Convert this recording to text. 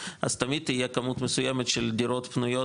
אז תמיד תהיה כמות מסוימת של דירות פנויות